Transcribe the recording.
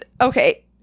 Okay